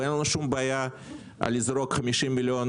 ואין לנו שום בעיה לזרוק 50 מיליון